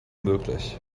möglich